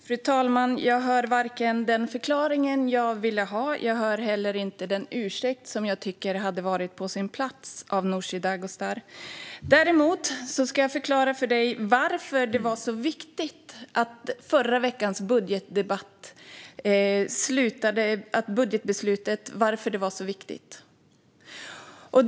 Fru talman! Jag hör inte den förklaring jag ville ha. Jag hör heller inte den ursäkt av Nooshi Dadgostar som jag tycker hade varit på sin plats. Däremot ska jag förklara för dig varför det var så viktigt med budgetbeslutet i förra veckan.